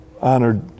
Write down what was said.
honored